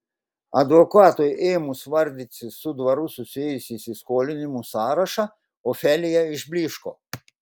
advokatui ėmus vardyti su dvaru susijusių įsiskolinimų sąrašą ofelija išblyško